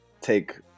take